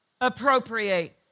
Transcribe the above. appropriate